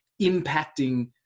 impacting